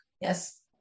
Yes